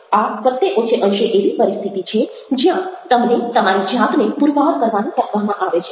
આ વત્તે ઓછે અંશે એવી પરિસ્થિતિ છે જ્યાં તમને તમારી જાતને પૂરવાર કરવાનું કહેવામાં આવે છે